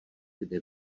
kde